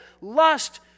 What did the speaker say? lust